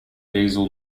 diesel